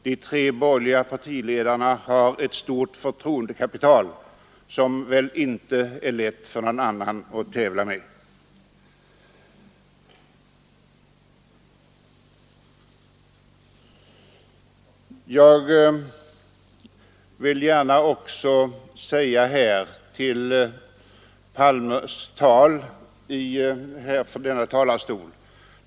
De tre borgerliga partiledarna har ett stort förtroendekapital, som det väl inte är lätt för någon annan att tävla om. Måndagen den framhålla att man tyvärr inte har kunnat klara arbetslösheten.